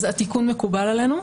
התיקון מקובל עלינו.